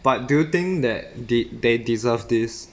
but do you think that they they deserve this